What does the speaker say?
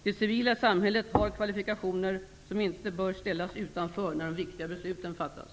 Det civila samhället har kvalifikationer, som inte bör ställas utanför när de viktiga besluten fattas.